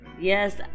Yes